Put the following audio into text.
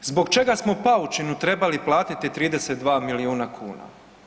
Zbog čega smo paučinu trebali platiti 32 milijuna kuna?